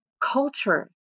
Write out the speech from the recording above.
culture